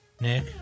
Nick